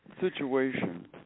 situation